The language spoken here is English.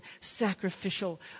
sacrificial